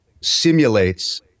simulates